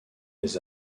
les